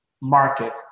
market